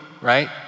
right